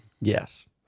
Yes